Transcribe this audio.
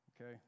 Okay